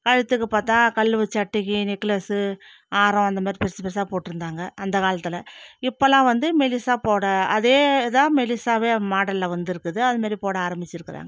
கழுத்துக்கு பார்த்தா கல் வச்ச அட்டிகை நெக்லஸ் ஆரம் அந்த மாதிரி பெருசு பெருசாக போட்டிருந்தாங்க அந்த காலத்தில் இப்பெல்லாம் வந்து மெலிசாக போட அதே இதுதான் மெலிசாவே மாடலில் வந்திருக்குது அது மாதிரி போட ஆரம்பித்திருக்காங்க